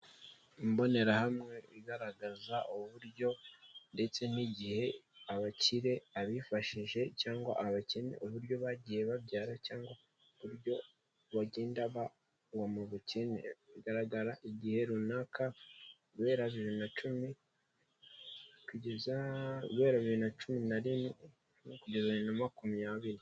Imbonerahamwe igaragaza uburyo ndetse n'igihe abakire, abifashije cyangwa abakene uburyo bagiye babyara cyangwa uburyo bagenda ba uwo mu bukene, bigaragara igihe runaka guhera bibiri na cumi kugeza bibiri na cumi na rimwe kugeza bibiri na makumyabiri.